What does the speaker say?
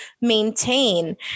maintain